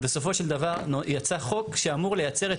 ובסופו של דבר יצא חוק שאמור לייצר את